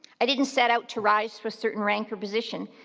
i didn't set out to rise for a certain rank or position,